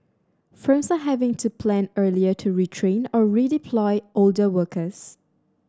firms are having to plan earlier to retrain or redeploy older workers